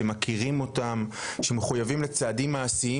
שמכירים אותם ושמחויבים לנקוט בצעדים מעשיים